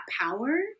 power